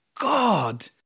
God